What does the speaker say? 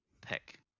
pick